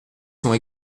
sont